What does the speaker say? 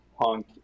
punk